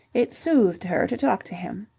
it soothed her to talk to him.